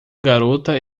garota